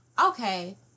okay